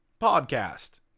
podcast